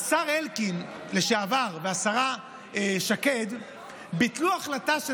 השר לשעבר אלקין והשרה שקד ביטלו החלטה של